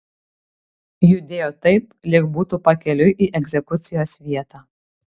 judėjo taip lyg būtų pakeliui į egzekucijos vietą